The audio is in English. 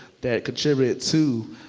that contributed to